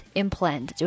implant